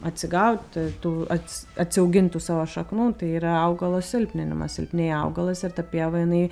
atsigauti tų ats atsiaugint tų savo šaknų tai yra augalo silpninimas silpnėja augalas ir ta pieva jinai